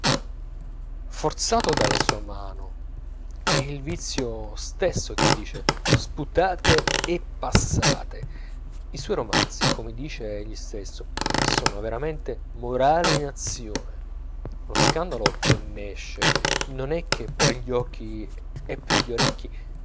forzato dalla sua mano è il vizio stesso che dice sputate e passate i suoi romanzi come dice egli stesso sono veramente morale in azione lo scandalo che n'esce non è che per gli occhi e per gli orecchi